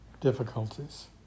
difficulties